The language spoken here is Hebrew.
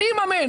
אממן,